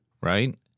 right